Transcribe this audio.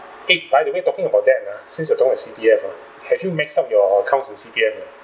!hey! by the way talking about that uh since you don't have C_P_F uh have you max out your accounts in C_P_F uh